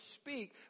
speak